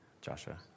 Joshua